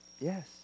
Yes